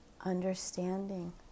understanding